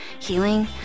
healing